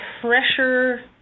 pressure